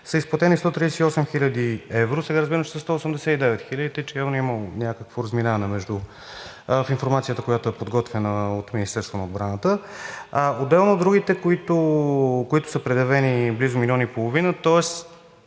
са изплатени 138 хил. евро, сега разбирам, че са 189 хиляди, така че явно е имало някакво разминаване в информацията, която е подготвяна от Министерството на отбраната. Отделно, другите, които са предявени – близо милион и половина, тоест